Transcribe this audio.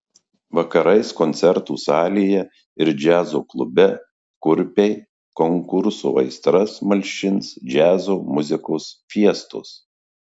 vakarais koncertų salėje ir džiazo klube kurpiai konkurso aistras malšins džiazo muzikos fiestos